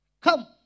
come